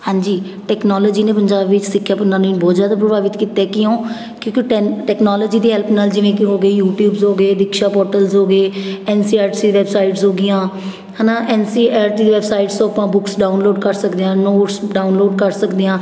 ਹਾਂਜੀ ਟੈਕਨੋਲੋਜੀ ਨੇ ਪੰਜਾਬ ਵਿੱਚ ਸਿੱਖਿਆ ਪ੍ਰਣਾਲੀ ਨੂੰ ਬਹੁਤ ਜ਼ਿਆਦਾ ਪ੍ਰਭਾਵਿਤ ਕੀਤਾ ਕਿਉਂ ਕਿਉਂਕਿ ਟੈ ਟੈਕਨੋਲੋਜੀ ਦੀ ਹੈਲਪ ਨਾਲ ਜਿਵੇਂ ਕਿ ਹੋ ਗਈ ਯੂਟਿਊਬਸ ਹੋ ਗਏ ਰਿਕਸ਼ਾ ਪੋਰਟਲਸ ਹੋ ਗਏ N C R C websites ਹੋ ਗਈਆਂ ਹੈ ਨਾ N C R C websites ਤੋਂ ਆਪਾਂ ਬੁੱਕਸ ਡਾਊਨਲੋਡ ਕਰ ਸਕਦੇ ਹਾਂ ਨੋਟਸ ਡਾਊਨਲੋਡ ਕਰ ਸਕਦੇ ਹਾਂ